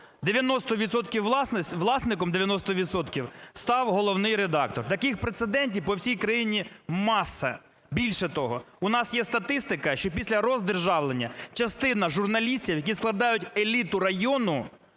90 відсотків став головний редактор. Таких прецедентів по всій країні маса. Більше того, у нас є статистика, що після роздержавлення частина журналістів, які складають еліту району,